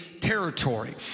territory